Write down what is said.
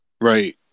Right